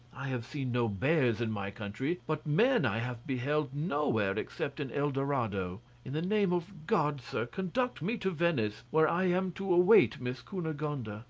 i have seen no bears in my country, but men i have beheld nowhere except in el dorado. in the name of god, sir, conduct me to venice, where i am to await miss cunegonde. ah